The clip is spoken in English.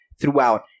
throughout